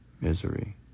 misery